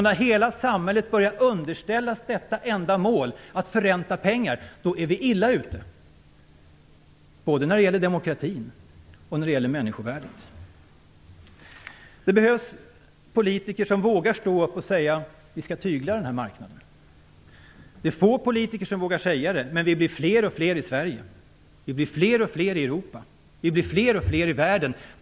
När hela samhället börjar underställas detta enda mål, att förränta pengar, är vi illa ute, både när det gäller demokratin och när det gäller människovärdet. Det behövs politiker som vågar stå upp och säga: Vi skall tygla marknaden. Det är få politiker som vågar säga det. Men vi blir fler och fler i Sverige. Vi blir fler och fler i Europa. Vi blir fler och fler i världen.